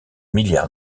milliards